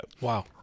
Wow